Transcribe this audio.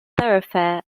thoroughfare